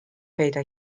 پیدا